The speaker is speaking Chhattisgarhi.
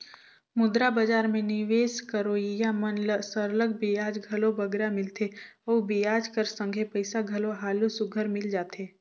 मुद्रा बजार में निवेस करोइया मन ल सरलग बियाज घलो बगरा मिलथे अउ बियाज कर संघे पइसा घलो हालु सुग्घर मिल जाथे